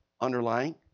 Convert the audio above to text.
underlying